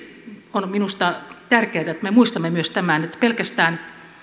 on minusta tärkeätä että me muistamme myös tämän että pelkästään